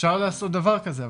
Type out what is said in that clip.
אפשר לעשות דבר כזה,